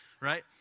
right